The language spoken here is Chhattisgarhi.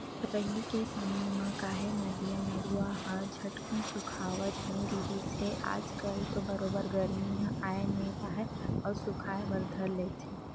पहिली के समे म काहे नदिया, नरूवा ह झटकून सुखावत नइ रिहिस हे आज कल तो बरोबर गरमी ह आय नइ राहय अउ सुखाय बर धर लेथे